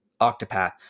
Octopath